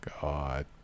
god